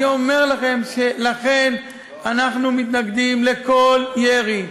אני אומר לכם שאנחנו מתנגדים לכל ירי.